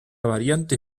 variante